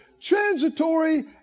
transitory